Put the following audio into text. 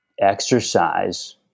exercise